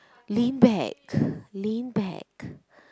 lean back lean back